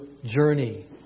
journey